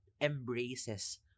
embraces